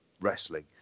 wrestling